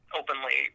openly